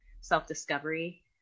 self-discovery